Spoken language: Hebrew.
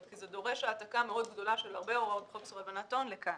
כי זה דורש העתקה מאוד גדולה של הרבה הוראות חוק איסור הלבנת הון לכאן.